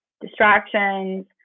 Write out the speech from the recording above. distractions